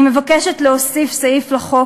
אני מבקשת להוסיף סעיף לחוק,